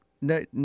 No